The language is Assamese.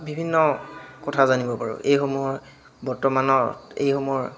বিভিন্ন কথা জানিব পাৰোঁ এইসমূহৰ বৰ্তমানত এইসমূহৰ